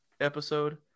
episode